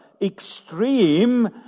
extreme